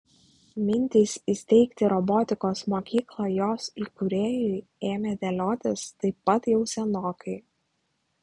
mintys įsteigti robotikos mokyklą jos įkūrėjui ėmė dėliotis taip pat jau senokai